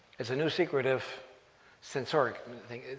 it's a new secretive sensoric thing.